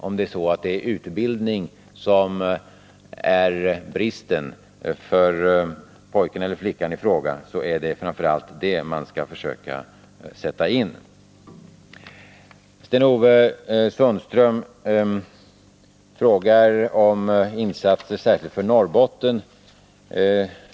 Om det är avsaknad av utbildning som är bristen för pojken eller flickan i fråga är det framför allt den man skall försöka avhjälpa. Sten-Ove Sundström frågade om insatser särskilt för Norrbotten.